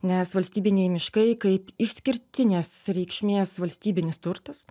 nes valstybiniai miškai kaip išskirtinės reikšmės valstybinis turtas